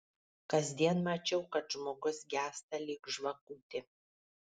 kasdien mačiau kad žmogus gęsta lyg žvakutė